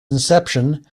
inception